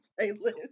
playlist